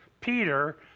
Peter